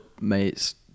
mates